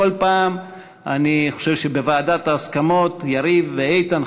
אני חושב שבוועדת ההסכמות יריב ואיתן,